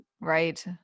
right